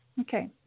Okay